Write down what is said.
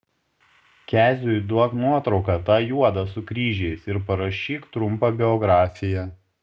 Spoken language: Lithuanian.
keziui duok nuotrauką tą juodą su kryžiais ir parašyk trumpą biografiją